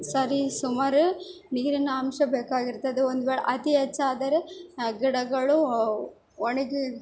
ಸರಿ ಸುಮಾರು ನೀರಿನಾಂಶ ಬೇಕಾಗಿರ್ತದೆ ಒಂದುವೇಳೆ ಅತೀ ಹೆಚ್ಚಾದರೆ ಗಿಡಗಳೂ ಒಣಗಿ